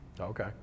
Okay